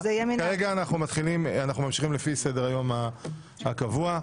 כרגע אנחנו ממשיכים לפי סדר-היום הקבוע.